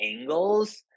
angles